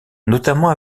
notamment